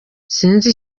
sinzi